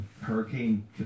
Hurricane